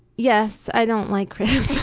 yes, i don't like criticism